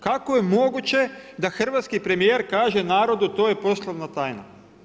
Kako je moguće da hrvatski premjer, kaže narodu, to je poslovna tajna?